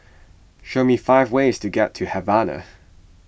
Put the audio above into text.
show me five ways to get to Havana